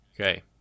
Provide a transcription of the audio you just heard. Okay